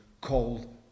called